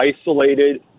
isolated